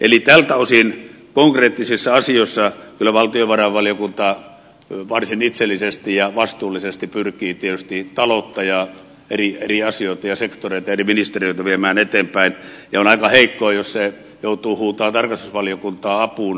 eli tältä osin konkreettisissa asioissa valtiovarainvaliokunta kyllä varsin itsellisesti ja vastuullisesti pyrkii tietysti taloutta ja eri asioita ja sektoreita eri ministeriöitä viemään eteenpäin ja on aika heikkoa jos se joutuu huutaa terveysvaliokunta apul